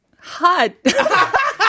hot